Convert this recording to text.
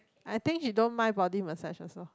I think he don't mind body massage also